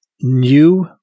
new